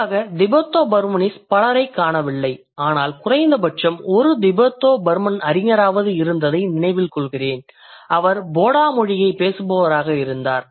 பொதுவாக Tibeto Burmanese பலரைக் காணவில்லை ஆனால் குறைந்தபட்சம் ஒரு திபெத்தோ பர்மன் அறிஞராவது இருந்ததை நினைவில் கொள்கிறேன் அவர் போடோ மொழி பேசுபவராக இருந்தார்